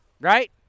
Right